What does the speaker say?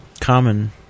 common